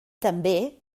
també